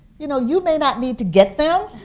you know, you may not need to get them,